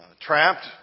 Trapped